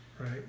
Right